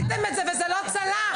עשיתם את זה וזה לא צלח.